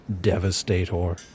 Devastator